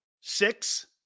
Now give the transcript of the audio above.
six